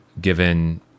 given